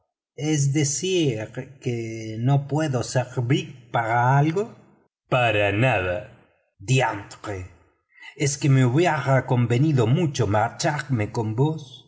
es decir que no puedo servir para algo para nada diantre es que me hubiera convenido mucho marcharme con vos